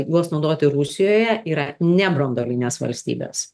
juos naudoti rusijoje yra nebranduolinės valstybės